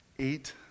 eight